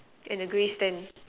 and a gray stand